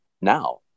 now